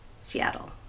Seattle